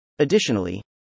Additionally